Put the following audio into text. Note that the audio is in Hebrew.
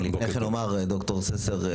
ד"ר ססר,